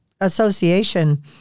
association